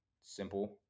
simple